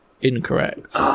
incorrect